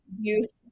use